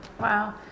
wow